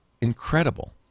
incredible